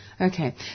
okay